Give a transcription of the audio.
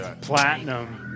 platinum